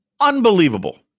unbelievable